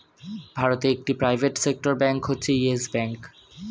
ভারতে একটি private sector bank হচ্ছে ইয়েস ব্যাঙ্ক